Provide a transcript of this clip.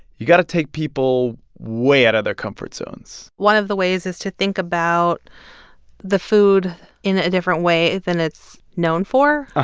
you've got to take people way out of their comfort zones one of the ways is to think about the food in a different way than it's known for, ah